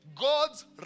God's